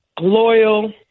loyal